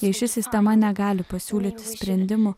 jei ši sistema negali pasiūlyti sprendimo